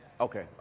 Okay